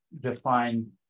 define